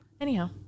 anyhow